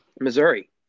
Missouri